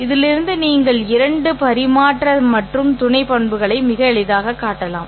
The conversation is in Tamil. இதிலிருந்து நீங்கள் இரண்டு பரிமாற்ற மற்றும் துணை பண்புகளை மிக எளிதாக காட்டலாம்